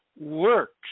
works